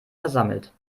versammelt